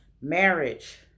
marriage